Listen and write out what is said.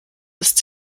ist